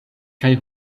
kaj